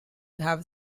have